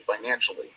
financially